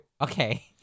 Okay